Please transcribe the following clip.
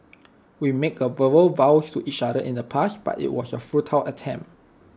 we made A verbal vows to each other in the past but IT was A futile attempt